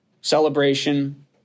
celebration